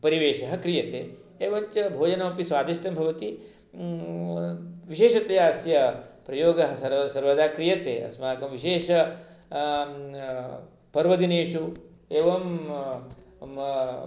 परिवेशः क्रियते एवञ्च भोजनमपि स्वादिष्टं भवति विशेषतया अस्य प्रयोगः सर्वदा क्रियते अस्माकं विशेषः पर्वदिनेषु एवं